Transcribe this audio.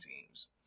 teams